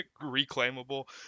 reclaimable